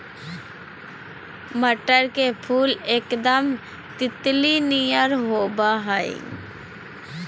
मटर के फुल एकदम तितली नियर होबा हइ